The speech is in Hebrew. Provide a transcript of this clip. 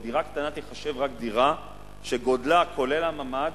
ודירה קטנה תיחשב רק דירה שגודלה, כולל הממ"ד,